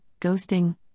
ghosting